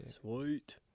sweet